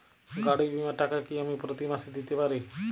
গাড়ী বীমার টাকা কি আমি প্রতি মাসে দিতে পারি?